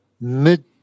mid